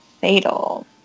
fatal